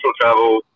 travel